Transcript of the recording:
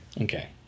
Okay